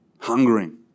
hungering